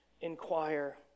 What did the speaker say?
inquire